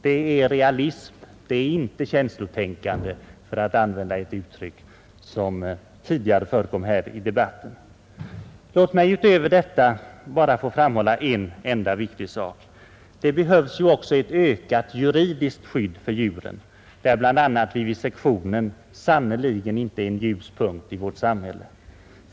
Detta är realism, det är inte känslotänkande — för att använda ett uttryck som tidigare förekommit här i debatten. Låt mig utöver detta få framhålla en viktig sak. Det behövs också ett ökat juridiskt skydd för djuren — där bl.a. vivisektionen sannerligen inte är en ljus punkt i vårt samhälle.